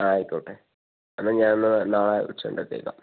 ആയിക്കോട്ടെ എന്നാൽ ഞാനെന്നാൽ നാളെ ഉച്ച കഴിഞ്ഞിട്ട് എത്തിയേക്കാം